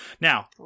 Now